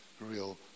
real